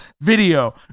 video